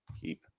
Keep